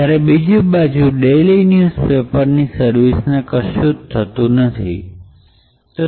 જ્યારે બીજી બાજુ ડેઇલી ન્યૂઝ પેપરને સર્વિસને કશું જ નહીં થાય